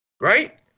Right